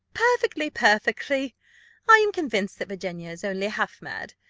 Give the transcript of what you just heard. perfectly! perfectly i am convinced that virginia is only half mad.